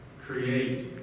create